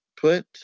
put